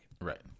Right